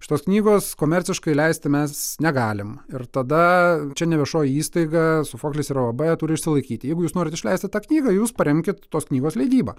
šitos knygos komerciškai leisti mes negalim ir tada čia ne viešoji įstaiga sofoklis yra uab turi išsilaikyti jeigu jūs norit išleisti tą knygą jūs paremkit tos knygos leidybą